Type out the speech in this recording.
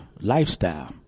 lifestyle